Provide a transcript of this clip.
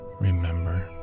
Remember